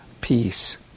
peace